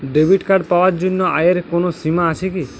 Debit card পাওয়ার জন্য আয়ের কোনো সীমা আছে কি?